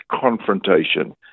confrontation